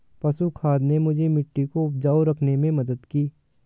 पशु खाद ने मुझे मिट्टी को उपजाऊ रखने में मदद की